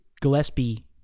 Gillespie